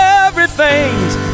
everything's